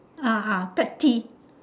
ah ah petty